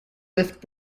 lift